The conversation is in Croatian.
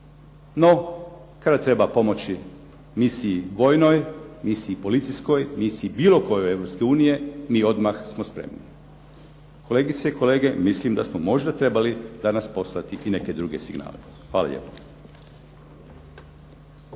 No, kada treba pomoći misiji vojnoj, misiji policijskoj, misiji bilo kojoj Europske unije, mi odmah smo spremni. Kolegice i kolege, mislim da smo možda trebali danas poslati i neke druge signale. Hvala lijepa.